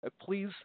please